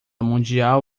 mundial